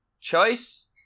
choice